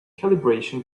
calibration